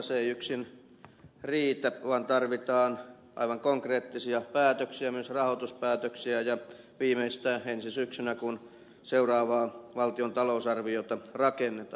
se ei yksin riitä vaan tarvitaan aivan konkreettisia päätöksiä myös rahoituspäätöksiä viimeistään ensi syksynä kun seuraavaa valtion talousarviota rakennetaan